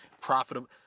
profitable